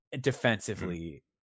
defensively